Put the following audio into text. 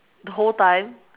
the whole time